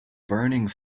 burning